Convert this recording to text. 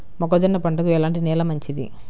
మొక్క జొన్న పంటకు ఎలాంటి నేల మంచిది?